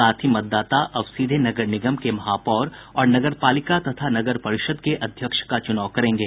साथ ही मतदाता अब सीधे नगर निगम के महापौर और नगपालिका तथा नगर परिषद के अध्यक्ष का चूनाव करेंगे